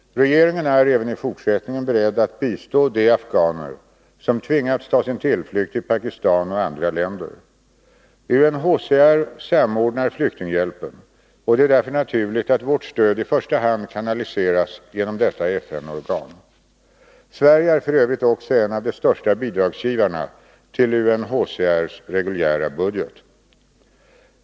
Regeringen är även i fortsättningen beredd att bistå de afghaner som tvingats ta sin tillflykt till Pakistan och andra länder. UNHCR samordnar flyktinghjälpen, och det är därför naturligt att vårt stöd i första hand kanaliseras genom detta FN-organ. Sverige är f. ö. också en av de största bidragsgivarna till UNHCR:s reguljära budget.